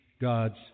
God's